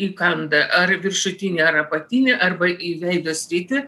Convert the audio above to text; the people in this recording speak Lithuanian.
įkanda ar viršutinę ar apatinį arba į veido sritį